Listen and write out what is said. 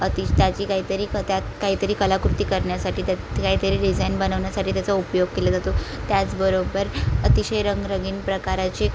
अतिश त्याची काय तरी क त्यात काय तरी कलाकृती करण्यासाठी त्यात काय तरी डिझाईन बनवण्यासाठी त्याचा उपयोग केला जातो त्याचबरोबर अतिशय रंगरंगीन प्रकाराचे